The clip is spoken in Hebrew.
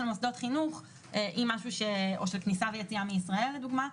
מוסדות חינוך או של כניסה ויציאה מישראל לדוגמה,